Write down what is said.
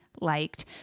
liked